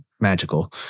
magical